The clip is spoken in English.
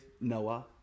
Noah